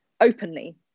openly